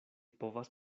povas